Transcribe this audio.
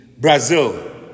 Brazil